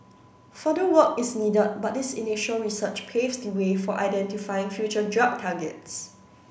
further work is needed but this initial research paves the way for identifying future drug targets